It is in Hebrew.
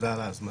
תודה על ההזמנה.